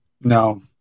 No